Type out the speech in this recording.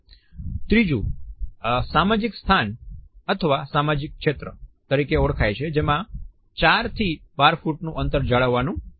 ત્રીજું સામાજિક સ્થાન અથવા સામાજિક ક્ષેત્ર તરીકે ઓળખાય છે જેમાં 4 થી 12 ફૂટ નું અંતર જાળવવાનું હોય છે